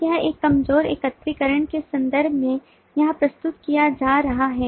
तो यह एक कमजोर एकत्रीकरण के संदर्भ में यहाँ प्रस्तुत किया जा रहा है